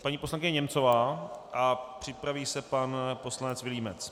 Paní poslankyně Němcová a připraví se pan poslanec Vilímec.